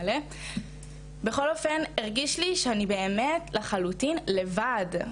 בכל אופן, הרגיש לי שאני באמת לחלוטין לבד.